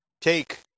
Take